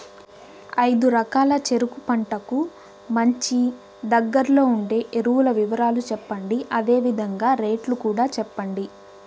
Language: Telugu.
ఐదు ఎకరాల చెరుకు పంటకు మంచి, దగ్గర్లో ఉండే ఎరువుల వివరాలు చెప్పండి? అదే విధంగా రేట్లు కూడా చెప్పండి?